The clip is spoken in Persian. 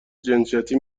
جنسیتی